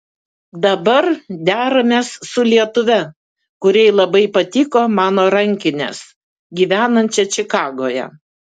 dabar deramės su lietuve kuriai labai patiko mano rankinės gyvenančia čikagoje